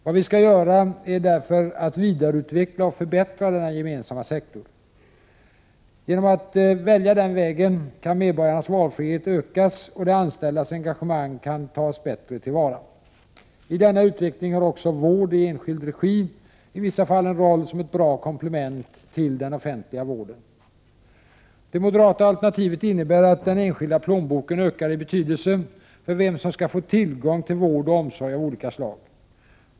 Vad vi skall göra är därför att vidareutveckla och förbättra denna gemensamma sektor. Genom att välja denna väg kan medborgarnas valfrihet ökas och de anställdas engagemang bättre tas till vara. I denna utveckling har också vård i enskild regi i vissa fall en roll som ett bra komplement till den offentliga vården. Det moderata alternativet innebär att den enskilda plånboken ökar i betydelse för vem som skall få tillgång till vård och omsorg av olika slag.